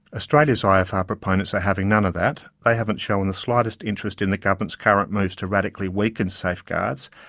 australia's ifr proponents are having none of that. they haven't shown the slightest interest in the government's current moves to radically weaken safeguards,